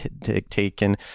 taken